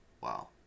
Wow